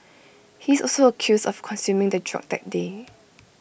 he is also accused of consuming the drug that day